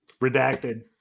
Redacted